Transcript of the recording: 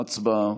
ההצעה להעביר